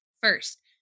First